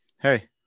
hey